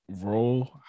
role